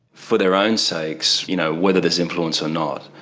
for their own sake, so you know whether there's influence or not,